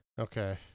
Okay